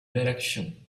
direction